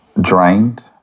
drained